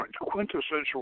quintessential